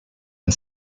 and